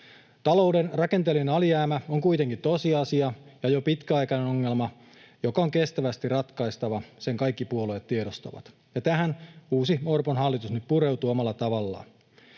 Talouden rakenteellinen alijäämä on kuitenkin tosiasia ja jo pitkäaikainen ongelma, joka on kestävästi ratkaistava — sen kaikki puolueet tiedostavat —, ja tähän uusi Orpon hallitus nyt pureutuu omalla tavallaan.